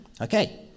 Okay